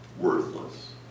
worthless